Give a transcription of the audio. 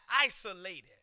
isolated